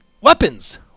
Weapons